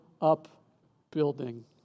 upbuilding